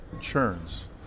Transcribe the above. churns